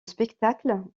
spectacle